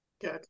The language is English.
Good